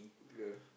ya